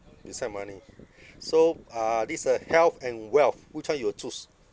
beside money so uh this uh health and wealth which one you will choose